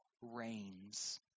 reigns